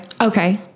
Okay